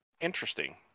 interesting